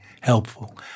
helpful